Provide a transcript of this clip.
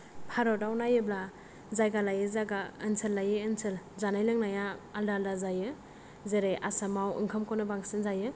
भारताव नायोब्ला जायगा लायै जायगा ओनसोल लायै ओनसोल जानाय लोंनाया आलदा आलदा जायो जेरै आसामाव ओंखामखौनो बांसिन जायो